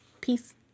Peace